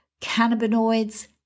cannabinoids